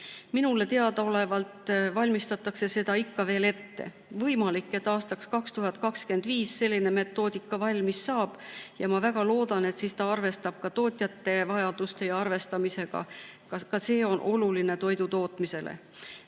Minule teadaolevalt valmistatakse seda ikka veel ette. Võimalik, et aastaks 2025 saab selline metoodika valmis. Ma väga loodan, et see arvestab ka tootjate vajadustega. Ka see on oluline toidutootmisele.